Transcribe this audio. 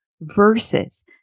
versus